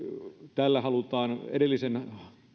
tällä halutaan edellisen